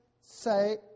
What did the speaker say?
say